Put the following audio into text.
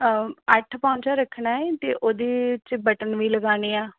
ਅੱਠ ਪੌਚਾ ਰੱਖਣਾ ਹੈ ਅਤੇ ਉਹਦੇ 'ਚ ਬਟਨ ਵੀ ਲਗਾਣੇ ਆਂ